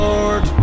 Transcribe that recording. Lord